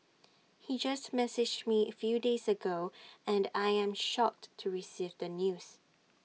he just messaged me few days ago and I am shocked to receive the news